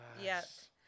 Yes